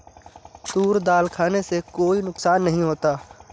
तूर दाल खाने से कोई नुकसान नहीं होता